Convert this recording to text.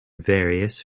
various